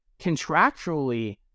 Contractually